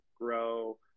grow